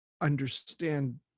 understand